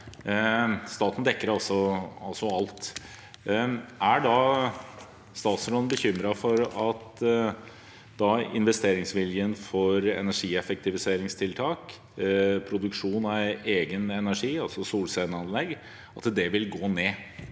staten dekker altså alt – er statsråden da bekymret for at investeringsviljen for energieffektiviseringstiltak, som produksjon av egen energi, altså solcelleanlegg, vil gå ned?